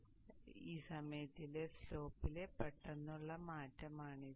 അതിനാൽ ഈ സമയത്ത് സ്ലോപ്പിലെ പെട്ടെന്നുള്ള മാറ്റമാണിത്